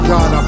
God